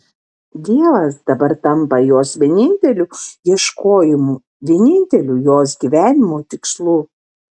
dievas dabar tampa jos vieninteliu ieškojimu vieninteliu jos gyvenimo tikslu